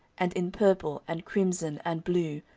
and in purple, and crimson, and blue,